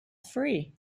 free